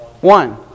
One